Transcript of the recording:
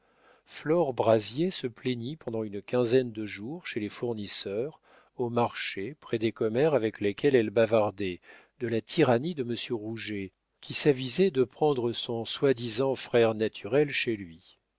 flore brazier se plaignit pendant une quinzaine de jours chez les fournisseurs au marché près des commères avec lesquelles elle bavardait de la tyrannie de monsieur rouget qui s'avisait de prendre son soi-disant frère naturel chez lui